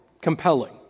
compelling